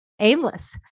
aimless